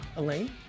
Elaine